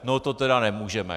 No to tedy nemůžeme!